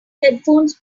headphones